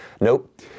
Nope